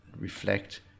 reflect